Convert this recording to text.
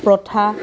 প্ৰথা